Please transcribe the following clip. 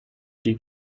die